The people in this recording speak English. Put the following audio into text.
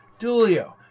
Dulio